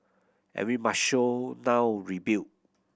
and we must show now rebuild